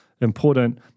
important